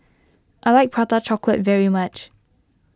I like Prata Chocolate very much